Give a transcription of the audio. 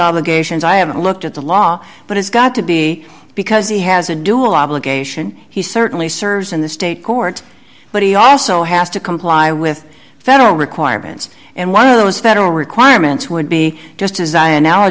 obligations i haven't looked at the law but it's got to be because he has a dual obligation he certainly serves in the state court but he also has to comply with federal requirements and one of those federal requirements would be just as